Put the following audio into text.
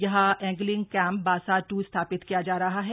यहां angling camp बासा टू स्थापित किया जा रहा है